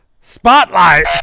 spotlight